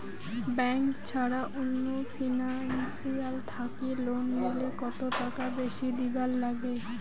Bank ছাড়া অন্য financial থাকি লোন নিলে কতটাকা বেশি দিবার নাগে?